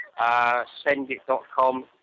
Sendit.com